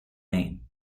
name